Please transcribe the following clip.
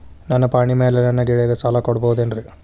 ನನ್ನ ಪಾಣಿಮ್ಯಾಲೆ ನನ್ನ ಗೆಳೆಯಗ ಸಾಲ ಕೊಡಬಹುದೇನ್ರೇ?